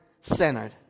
centered